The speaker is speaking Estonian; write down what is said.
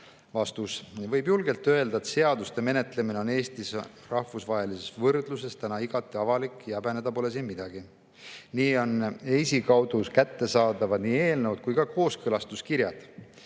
Vastus. Võib julgelt öelda, et seaduste menetlemine on Eestis rahvusvahelises võrdluses täna igati avalik ja häbeneda pole siin midagi. Nii on EIS‑i kaudu kättesaadavad nii eelnõud kui ka kooskõlastuskirjad.